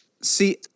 See